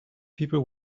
people